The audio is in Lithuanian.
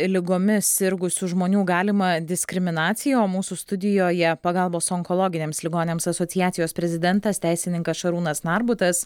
ligomis sirgusių žmonių galimą diskriminaciją o mūsų studijoje pagalbos onkologiniams ligoniams asociacijos prezidentas teisininkas šarūnas narbutas